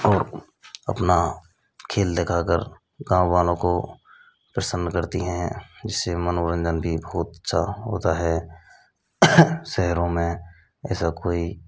और अपना खेल दिखाकर गाँव वालों को प्रसन्न करती हैं जिससे मनोरंजन भी बहुत अच्छा होता है शहरों में ऐसा कोई